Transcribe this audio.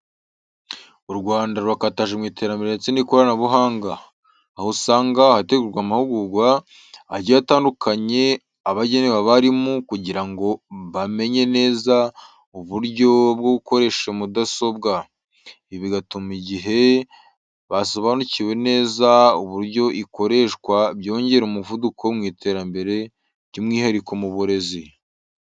U Rwanda rurakataje mu iterambere ndetse n'ikoranabuhanga, aho usanga hategurwa amahugurwa agiye atandukanye aba agenewe abarimu kugira ngo bamenye neza uburyo bwo gukoresha mudasobwa. Ibi bigatuma igihe basobanukiwe neza uburyo ikoreshwa byongera umuvuduko mu iterambere byumwihariko mu burezi.